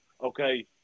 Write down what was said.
okay